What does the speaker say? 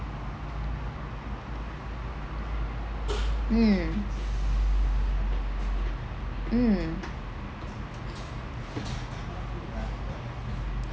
mm mm